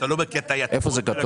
איפה זה כתוב?